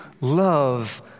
love